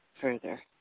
further